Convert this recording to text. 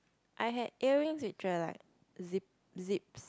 I had earrings which were like zip zips